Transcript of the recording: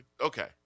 Okay